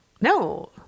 No